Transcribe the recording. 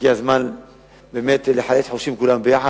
הגיע הזמן לחלץ חושים כולם יחד.